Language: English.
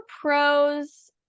pros